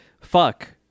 Fuck